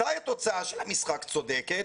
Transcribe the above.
מתי התוצאה של המשחק צודקת?